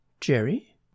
Jerry